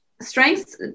Strengths